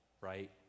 right